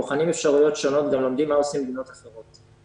בוחנים אפשרויות שונות ולומדים מה עושים במדינות אחרות.